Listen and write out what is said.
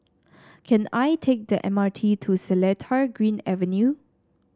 can I take the M R T to Seletar Green Avenue